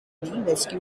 rescued